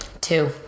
Two